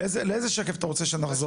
לאיזה שקף אתה רוצה שנחזור?